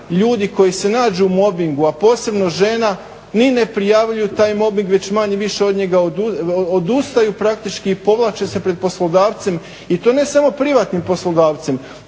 ljudi koji se nađu u mobingu, a posebno žena ni ne prijavljuju taj mobing već manje-više od njega odustaju praktički i povlače se pred poslodavcem. I to ne samo privatnim poslodavcem.